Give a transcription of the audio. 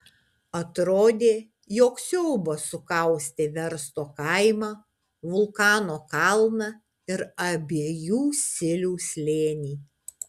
atrodė jog siaubas sukaustė versto kaimą vulkano kalną ir abiejų silių slėnį